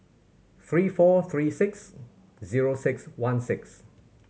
three four three six zero six one six